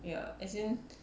ya as in